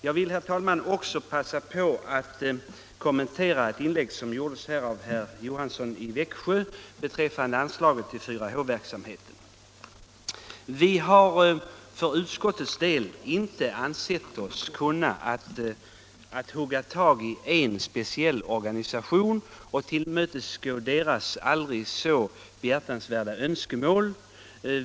Jag vill, herr talman, också passa på att kommentera vad herr Johansson i Växjö sade i sitt inlägg om anslaget till 4H-verksamheten. Utskottet har inte ansett sig kunna hugga tag i en speciell organisation och tillmötesgå dess aldrig så behjärtansvärda önskemål.